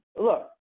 Look